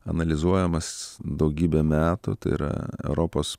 analizuojamas daugybę metų tai yra europos